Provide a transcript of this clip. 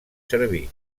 servir